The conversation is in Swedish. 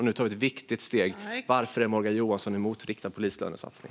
Och nu tar vi ett viktigt steg. Varför är Morgan Johansson mot en riktad polislönesatsning?